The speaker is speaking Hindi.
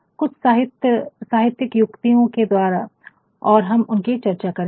कुछ साहित्यिक युकितयों के द्वारा और हम उसकी चर्चा करेंगे